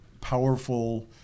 powerful